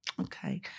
Okay